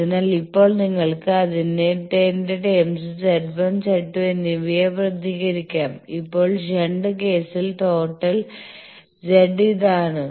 അതിനാൽ ഇപ്പോൾ നിങ്ങൾക്ക് അതിന്റെ ടേമ്സിൽ Z1 Z2 എന്നിവയെ പ്രതിനിധീകരിക്കാം ഇപ്പോൾ ഷണ്ട് കേസിൽ ടോട്ടൽ Z¿ ഇതാണ്